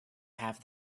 have